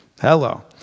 Hello